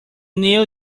knew